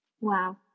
Wow